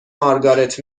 مارگارت